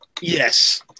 Yes